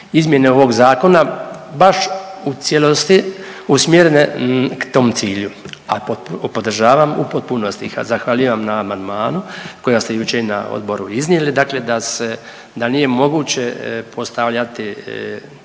izmjene ovog zakona baš u cijelosti usmjerene k tom cilju, a podržavam u potpunosti i zahvaljivam na amandmanu kojega ste jučer na odboru iznijeli, dakle da se, da nije moguće postavljati